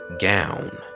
gown